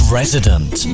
resident